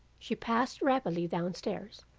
she passed rapidly down stairs,